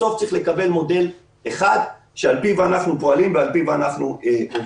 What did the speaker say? בסוף צריך לקבל מודל אחד שעל פיו אנחנו פועלים ועל פיו אנחנו עובדים.